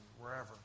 wherever